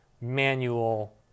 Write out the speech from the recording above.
manual